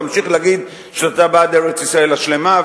תמשיך להגיד שאתה בעד ארץ-ישראל השלמה,